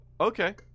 Okay